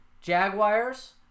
Jaguars